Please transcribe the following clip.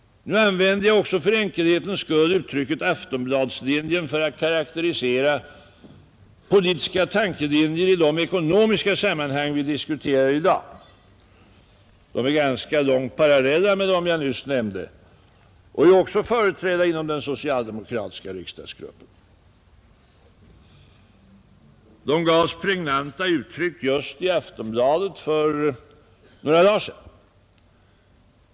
Nu använder jag för enkelhetens skull uttrycket Aftonbladslinjen för att karakterisera politiska tankelinjer i de ekonomiska sammanhang vi diskuterar i dag. De är ganska långt parallella med dem jag nyss nämnde och är också företrädda inom den socialdemokratiska riksdagsgruppen. Dessa tankelinjer gavs pregnanta uttryck just i Aftonbladet för några dagar sedan.